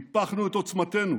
טיפחנו את עוצמתנו,